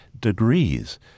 degrees